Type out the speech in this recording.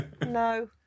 No